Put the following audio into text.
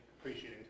appreciating